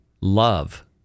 love